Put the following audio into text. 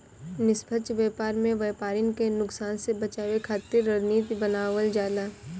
निष्पक्ष व्यापार में व्यापरिन के नुकसान से बचावे खातिर रणनीति बनावल जाला